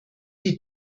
die